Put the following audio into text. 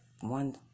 one